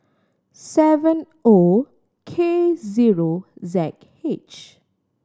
seven O K zero Z H